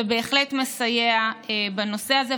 זה בהחלט מסייע בנושא הזה,